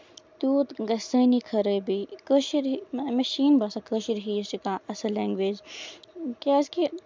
توٗت گژھِ سانہِ خرٲبی کٲشِر مےٚ چھِ نہٕ باسان کٲشِر ہِش چھےٚ کانہہ اَصٕل لینگویج کیازِ کہِ